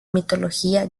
mitología